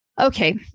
Okay